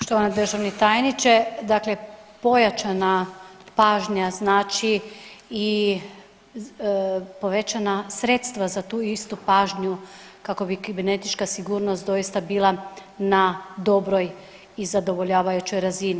Poštovani državni tajniče, dakle pojačana pažnja znači i povećana sredstva za tu istu pažnju kako bi kibernetička sigurnost doista bila na dobroj i zadovoljavajućoj razini.